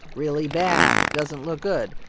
really bad, doesn't look good.